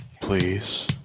Please